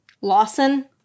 Lawson